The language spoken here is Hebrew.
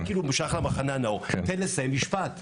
אתה כאילו שייך למחנה הנאור, תן לסיים משפט.